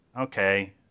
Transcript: okay